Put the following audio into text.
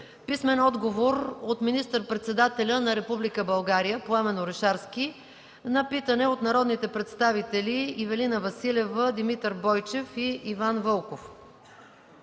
Писмен отговор от: - министър-председателя на Република България Пламен Орешарски на питане от народните представители Ивелина Василева, Димитър Бойчев и Иван Вълков;